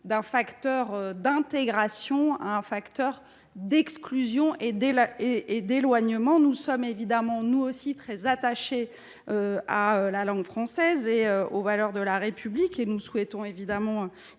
un facteur d’intégration au bénéfice d’un facteur d’exclusion et d’éloignement. Nous sommes nous aussi très attachés à la langue française et aux valeurs de la République, et nous souhaitons évidemment